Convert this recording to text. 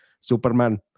Superman